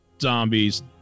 zombies